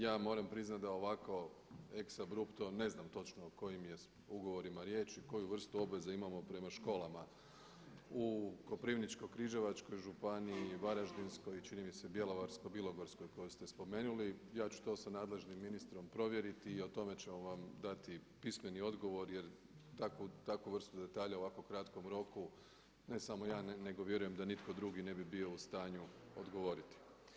Ja moram priznati da ovako exa-brupto ne znam točno o kojim je ugovorima riječ i koju vrstu obaveza imamo prema školama u Koprivničko-križevačkoj županiji, Varaždinskoj županiji i čini mi se Bjelovarsko-bilogorskoj koju ste spomenuli, ja ću to sa nadležnim ministrom provjeriti i o tome ćemo vam dati pismeni odgovor jer takvu vrstu detalja u ovako kratkom roku ne samo ja nego vjerujem da nitko drugi ne bi bio u stanju odgovoriti.